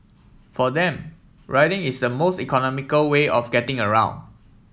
for them riding is the most economical way of getting around